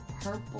Purple